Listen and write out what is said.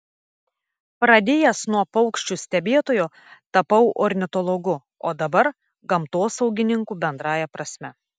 pradėjęs nuo paukščių stebėtojo tapau ornitologu o dabar gamtosaugininku bendrąja prasme